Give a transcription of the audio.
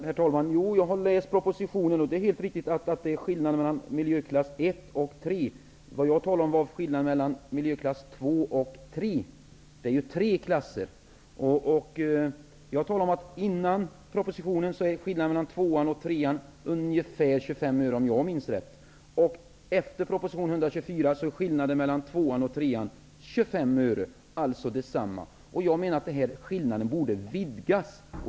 Herr talman! Jo, jag har läst propositionen. Det är helt riktigt att det är skillnad mellan miljöklass 1 och 3. Vad jag talade om var skillnaden mellan miljöklass 2 och 3. Det finns ju 3 klasser. Om jag minns rätt är skillnaden nu mellan klass 2 densamma. Skillnaden borde vidgas.